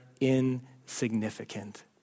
insignificant